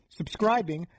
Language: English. subscribing